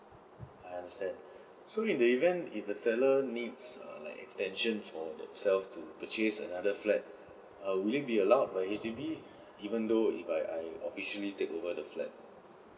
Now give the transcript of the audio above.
I understand so in the event if the seller needs err like extension for themselves to purchase another flat err will be allowed by H_D_B even though if I I officially take over the flat